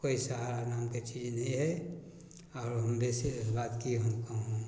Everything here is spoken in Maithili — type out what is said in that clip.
कोइ सहारा नामके चीज नहि हइ आओर हम बेसी बात कि हम कहब